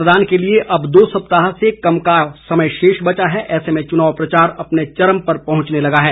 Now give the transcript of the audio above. मतदान के लिए अब दो सप्ताह से कम का समय शेष बचा है ऐसे में चुनाव प्रचार अपने चरम पर पहुंचने लगा है